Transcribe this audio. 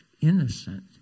innocent